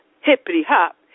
hippity-hop